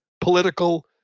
political